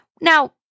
Now